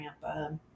grandpa